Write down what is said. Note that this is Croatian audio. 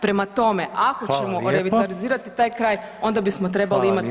Prema tome ako ćemo revitalizirati taj kraj [[Upadica Reiner: Hvala lijepa.]] onda bismo trebali imati